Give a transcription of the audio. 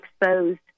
exposed